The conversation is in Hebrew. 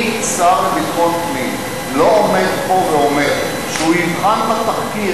אם שר לביטחון פנים לא עומד פה ואומר שהוא יבחן את התחקיר,